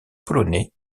polonais